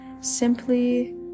simply